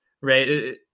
right